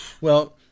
well-